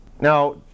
Now